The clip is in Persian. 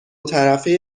طرفه